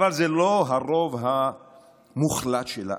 אבל זה לא הרוב המוחלט של העם,